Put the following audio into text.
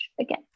again